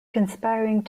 conspiring